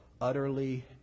utterly